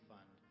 Fund